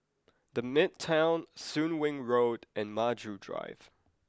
the Midtown Soon Wing Road and Maju Drive